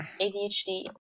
ADHD